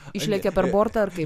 išlekia per bortą ar kaip